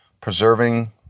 preserving